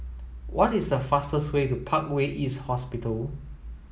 what is a fastest way to Parkway East Hospital